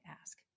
ask